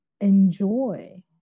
enjoy